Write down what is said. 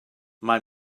mae